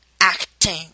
acting